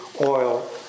oil